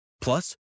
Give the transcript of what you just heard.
Plus